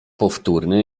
powtórny